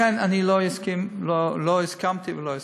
לכן, אני לא הסכמתי ולא אסכים.